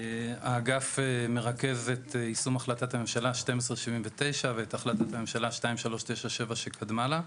האגף מרכז את יישום החלטת הממשלה 1279 ואת החלטת הממשלה 2397 שקדמה לה.